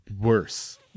worse